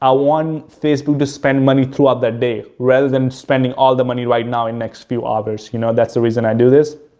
i want facebook to spend money throughout the day rather than spending all the money right now in next few ah hours. you know, that's the reason i do this.